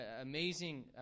amazing